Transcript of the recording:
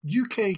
uk